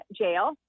jail